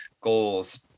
goals